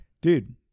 dude